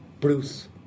Bruce